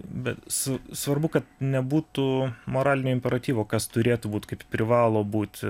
bet su svarbu kad nebūtų moralinio imperatyvo kas turėtų būt kaip privalo būt